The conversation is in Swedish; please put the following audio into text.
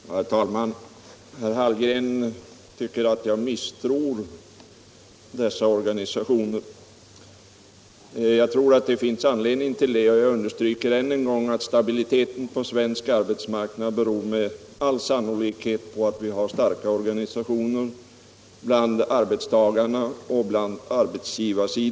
Herr talman! Herr Hallgren tycker att jag misstror dessa organisationer. Jag tror det finns anledning att påpeka — jag understryker det än en gång — att stabiliteten på svensk arbetsmarknad med all sannolikhet beror på att vi har starka organisationer bland arbetstagarna och arbetsgivarna.